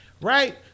right